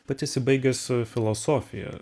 pats esi baigęs filosofiją